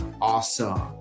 awesome